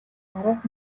араас